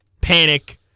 panic